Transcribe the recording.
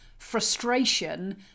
Frustration